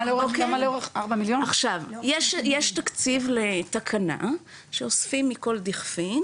עכשיו יש תקציב לתקנה שאוספים מכל דכפין